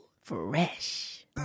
Fresh